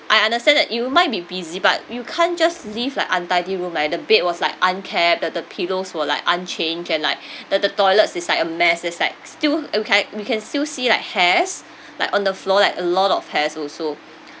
I understand that you might be busy but you can't just leave like untidy room like the bed was like unkept the the pillows were like unchanged and like the the toilets is like a mess it's like still okay we can still see like hairs like on the floor like a lot of hairs also